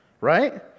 Right